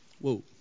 Whoa